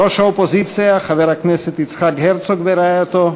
ראש האופוזיציה חבר הכנסת יצחק הרצוג ורעייתו,